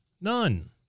None